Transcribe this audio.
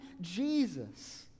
Jesus